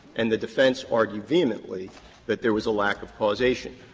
and the defense argued vehemently that there was a lack of causation.